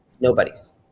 Nobody's